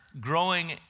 growing